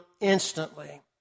instantly